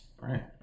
Right